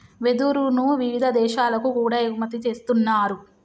వెదురును వివిధ దేశాలకు కూడా ఎగుమతి చేస్తున్నారు